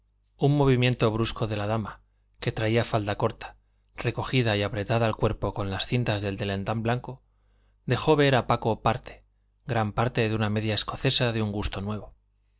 un movimiento brusco de la dama que traía falda corta recogida y apretada al cuerpo con las cintas del delantal blanco dejó ver a paco parte gran parte de una media escocesa de un gusto nuevo